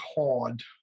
hard